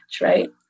right